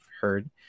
heard